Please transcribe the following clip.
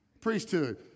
priesthood